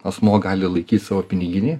asmuo gali laikyt savo piniginėj